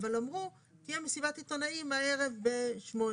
אבל אמרו תהיה מסיבת עיתונאים הערב ב-20:00,